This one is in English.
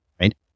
right